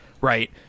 right